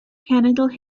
cenedl